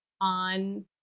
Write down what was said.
on